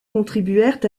contribuèrent